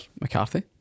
McCarthy